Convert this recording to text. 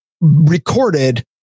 recorded